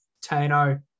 Tano